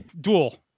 duel